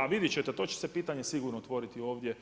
A vidjet ćete to će se pitanje sigurno otvoriti ovdje,